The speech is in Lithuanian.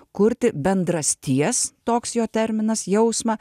kurti bendrasties toks jo terminas jausmą